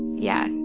yeah,